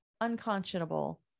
unconscionable